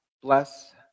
Bless